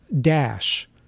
dash